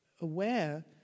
aware